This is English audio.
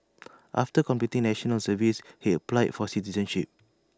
after completing National Service he applied for citizenship